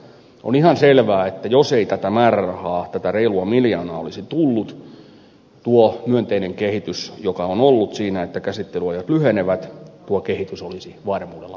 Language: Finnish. on ihan selvää että jos ei tätä määrärahaa tätä reilua miljoonaa olisi tullut tuo myönteinen kehitys joka on ollut siinä että käsittelyajat lyhenevät olisi varmuudella pysähtynyt